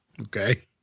Okay